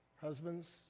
Husbands